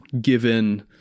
given